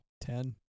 Ten